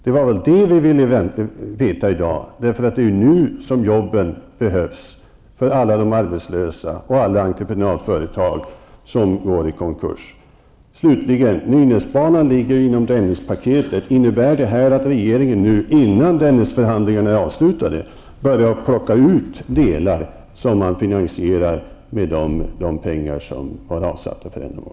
Det var vad vi ville veta i dag, eftersom det är ju nu som jobben behövs för alla som är arbetslösa och för alla entreprenadföretag som går i konkurs. Innebär det här att regeringen nu, innan Dennisförhandlingarna är avslutade, har börjat att plocka ut delar som man finansierar med de pengar som var avsatta för ändamålet?